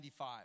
1995